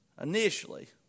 initially